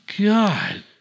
God